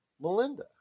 Melinda